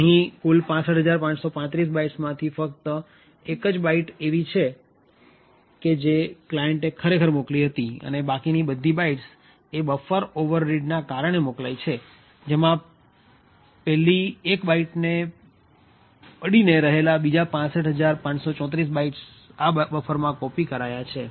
અહી કુલ ૬૫૫૩૫ બાઇટ્સ માંથી ફક્ત એક જ બાઈટ એવી છે કે જે ક્લાયન્ટે ખરેખર મોકલી હતી અને બાકીની બધી બાઇટ્સ એ બફર ઓવરરીડ ના કારણે મોકલાઈ છે જેમાં પેલી ૧ બાઈટ ને અડી ને રહેલા બીજા ૬૫૫૩૪ બાઇટ્સ આ બફરમાં કોપી કરાયા છે